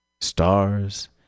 stars